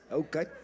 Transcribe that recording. okay